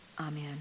Amen